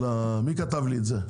מי כתב לי את זה?